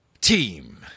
team